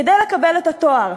כדי לקבל את התואר.